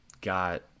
Got